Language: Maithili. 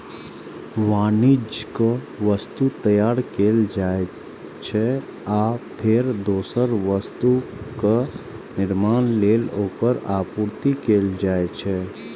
वाणिज्यिक वस्तु तैयार कैल जाइ छै, आ फेर दोसर वस्तुक निर्माण लेल ओकर आपूर्ति कैल जाइ छै